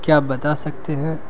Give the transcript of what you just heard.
کیا آپ بتا سکتے ہیں